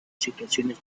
situaciones